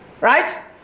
right